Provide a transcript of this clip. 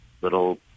little